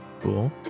Cool